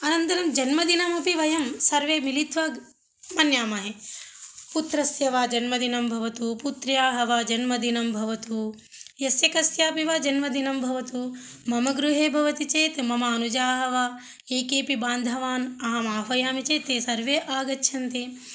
अनन्तरं जन्मदिनमपि वयं सर्वे मिलित्वा मन्यामहे पुत्रस्य वा जन्मदिनं भवतु पुत्र्याः वा जन्मदिनं भवतु यस्य कस्यापि वा जन्मदिनं भवतु मम गृहे भवति चेत् मम अनुजाः वा ये केऽपि बान्धवान् अहं आह्वयामि चेत् ते सर्वे आगच्छन्ति